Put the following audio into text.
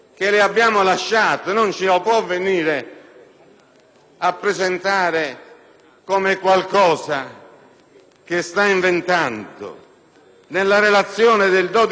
a presentarlo come qualcosa che sta inventando. Nella relazione del 12 maggio 2008, che le è stata consegnata